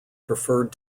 preferred